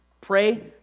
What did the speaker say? Pray